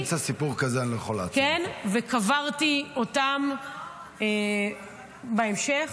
וקברתי אותם בהמשך.